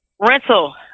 rental